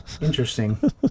Interesting